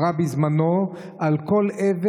ואמרה בזמנו: על כל אבן,